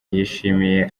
yishimiye